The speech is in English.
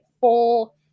full